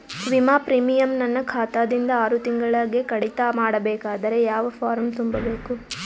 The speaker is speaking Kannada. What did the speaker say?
ವಿಮಾ ಪ್ರೀಮಿಯಂ ನನ್ನ ಖಾತಾ ದಿಂದ ಆರು ತಿಂಗಳಗೆ ಕಡಿತ ಮಾಡಬೇಕಾದರೆ ಯಾವ ಫಾರಂ ತುಂಬಬೇಕು?